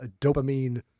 dopamine